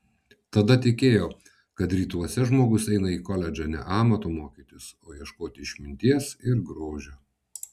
tada tikėjo kad rytuose žmogus eina į koledžą ne amato mokytis o ieškoti išminties ir grožio